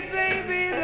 baby